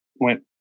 went